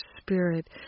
spirit